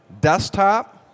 Desktop